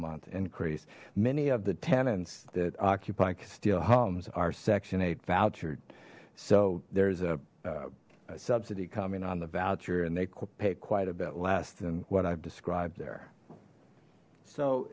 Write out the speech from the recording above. month increase many of the tenants that occupy casteel homes are section eight voucher so there's a subsidy coming on the voucher and they pay quite a bit less than what i've described there so